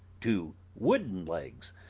two wooden legs,